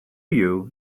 you